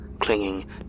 clinging